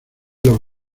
los